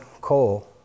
coal